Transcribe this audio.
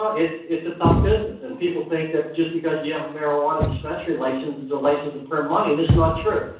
it's it's a tough business. and people think that just because you have a marijuana dispensary license, it's a license to print money. and it's not true.